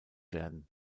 werden